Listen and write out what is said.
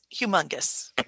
humongous